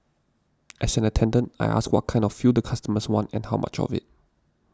as an attendant I ask what kind of fuel the customers want and how much of it